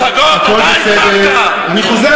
הבאת עלינו.